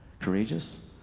courageous